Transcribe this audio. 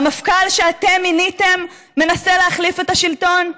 המפכ"ל שאתם מיניתם מנסה להחליף את השלטון?